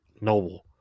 noble